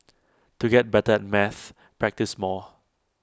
to get better at maths practise more